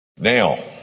Now